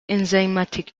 enzymatic